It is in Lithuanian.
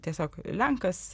tiesiog lenkas